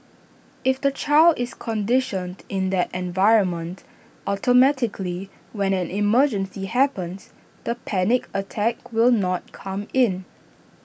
if the child is conditioned in that environment automatically when an emergency happens the panic attack will not come in